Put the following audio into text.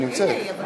היא נמצאת.